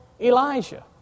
Elijah